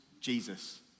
Jesus